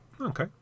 Okay